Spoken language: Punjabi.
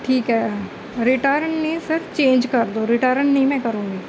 ਠੀਕ ਹੈ ਰਿਟਰਨ ਨਹੀਂ ਸਰ ਚੇਂਜ ਕਰ ਦਿਉ ਰਿਟਰਨ ਨਹੀਂ ਮੈਂ ਕਰੂੰਗੀ